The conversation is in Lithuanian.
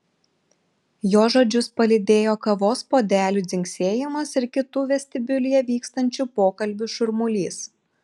jo žodžius palydėjo kavos puodelių dzingsėjimas ir kitų vestibiulyje vykstančių pokalbių šurmulys